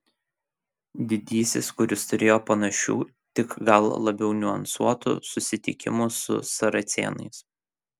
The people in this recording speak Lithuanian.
didysis kuris turėjo panašių tik gal labiau niuansuotų susitikimų su saracėnais